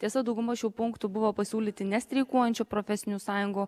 tiesa dauguma šių punktų buvo pasiūlyti nestreikuojančių profesinių sąjungų